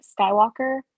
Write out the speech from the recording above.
Skywalker